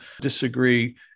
disagree